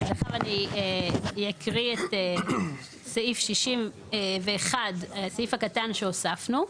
אז עכשיו אני אקריא את סעיף 61, סעיף קטן שהוספנו.